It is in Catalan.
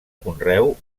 conreu